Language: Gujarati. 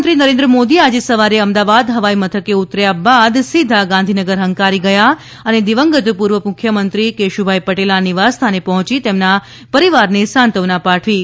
પ્રધાનમંત્રી નરેન્દ્ર મોદી આજે સવારે અમદાવાદ હવાઈ મથકે ઉતાર્યા બાદ સીધા ગાંધીનગર હંકારી ગયા હતા અને દિવંગત પૂર્વ મુખ્યમંત્રી કેશુભાઈ પટેલ ના નિવાસ સ્થાને પહોચી તેમના પરિવાર ને સાંત્વના પાઠવી હતી